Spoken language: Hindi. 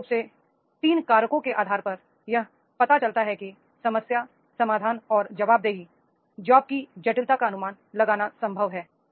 विशेषरूप से 3 कारकों के आधार पर यह पता चलता है कि समस्या समाधान और जवाबदेही जॉब्स की जटिलता का अनुमान लगाना संभव था